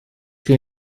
gen